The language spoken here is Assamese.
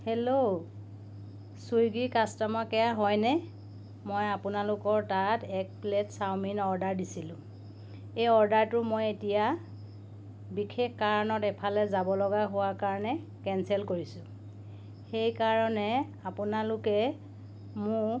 হেল্ল' ছুইগী কাষ্টমাৰ কেয়াৰ হয় নে মই আপোনালোকৰ তাত এক প্লেট চাওমিন অৰ্ডাৰ দিছিলোঁ এই অৰ্ডাৰটো মই এতিয়া বিশেষ কাৰণত এফালে যাব লগা হোৱাৰ কাৰণে কেঞ্চেল কৰিছোঁ সেই কাৰণে আপোনালোকে মোক